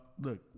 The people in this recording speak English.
look